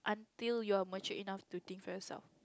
till your mature enough to think first of